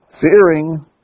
Fearing